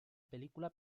película